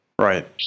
Right